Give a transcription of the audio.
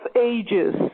ages